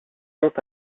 monte